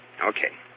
Okay